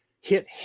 hit